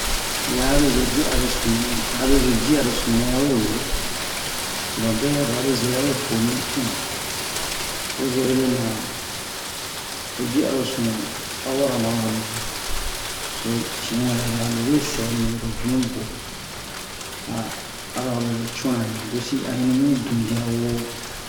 li abezo juaro sunu nɛ li abezo jiaro sunu nɛ awe wro to ba bɛ'ro abezo ya we fweni tui ozo erena aro jiharo sunu a wara maro abezo lo ciɛrɛla lo we sɛmi loro vunu bo a aro abezo cuwanani dosi ayini mi duin dia woo